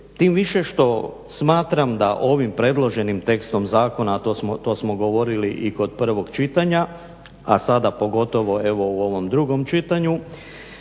Tim više što smatram da ovim predloženim tekstom zakona, to smo govorili i kod prvog čitanja a sada pogotovo evo u ovom drugom čitanju,